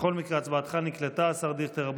בכל מקרה, הצבעתך נקלטה, השר דיכטר.